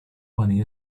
money